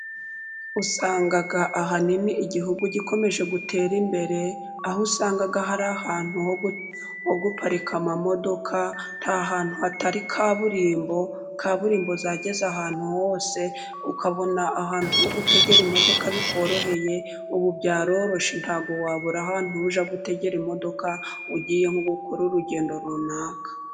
Usanga ahanini igihugu gikomeje gutera imbere, aho usanga hari ahantu ho guparika imodoka. Nta hantu hatari kaburimbo, kaburimbo yageze ahantu hose, ukabona ahantu ho gutegera imodoka bikoroheye. Ubu byaroroshye ntabwo wabura ahantu ujya gutegera imodoka, ugiye nko gukora urugendo runaka.